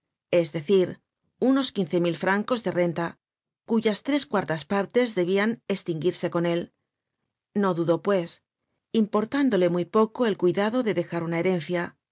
es decir unos quince mil francos de renta cuyas tres cuartas partes debian estinguirsecon él no dudó pues importándole muy poco el cuidado de dejar una herencia